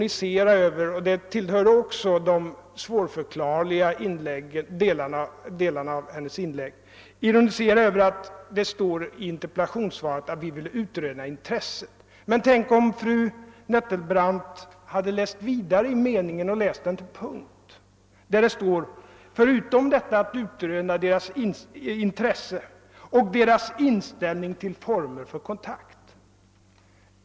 nisera — och även detta tillhörde de mera svårförklarliga delarna av hennes inlägg — över orden »för att utröna deras intresse» i mitt svar. Tänk om fru Nettelbrandt hade läst meningen till slut! Den sista delen av meningen har följande lydelse: »för att utröna deras intresse för medverkan och deras inställning till formen härför».